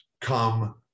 come